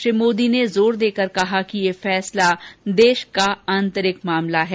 श्री मोदी ने जोर देकर कहा कि यह फैसला देश का आंतरिक मामला है